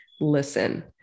listen